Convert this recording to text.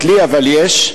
אבל לי, יש.